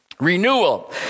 Renewal